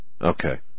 Okay